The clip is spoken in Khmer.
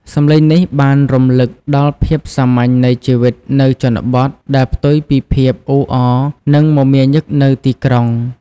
សំឡេងនេះបានរំលឹកដល់ភាពសាមញ្ញនៃជីវិតនៅជនបទ ដែលផ្ទុយពីភាពអ៊ូអរ និងមមាញឹកនៅទីក្រុង។